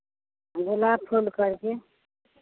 गुलाब फूल करके